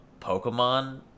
pokemon